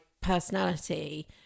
personality